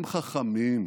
הם חכמים.